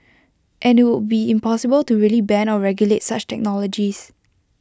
and IT would be impossible to really ban or regulate such technologies